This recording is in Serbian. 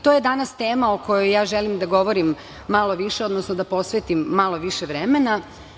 To je danas tema o kojoj želim da govorim malo više, odnosno da posvetim malo više vremena.